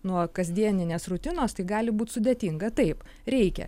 nuo kasdieninės rutinos tai gali būt sudėtinga taip reikia